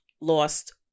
lost